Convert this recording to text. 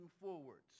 forwards